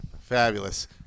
Fabulous